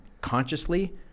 consciously